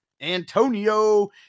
Antonio